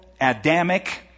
Adamic